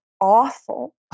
awful